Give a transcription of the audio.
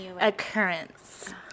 Occurrence